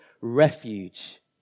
refuge